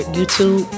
YouTube